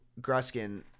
Gruskin